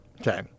Okay